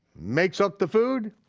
makes up the food,